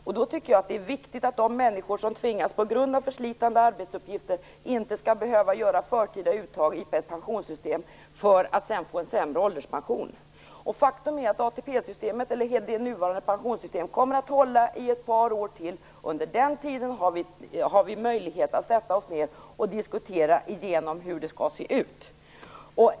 Därför tycker jag att det är viktigt att de människor som på grund av förslitande arbetsuppgifter inte skall behöva göra förtida uttag i pensionssystemet för att sedan få sämre ålderspension. Faktum är att det nuvarande pensionssystemet kommer att hålla i ett par år till. Under den tiden har vi möjlighet att sätta oss ned och diskutera igenom hur systemet skall se ut.